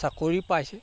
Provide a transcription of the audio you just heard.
চাকৰি পাইছে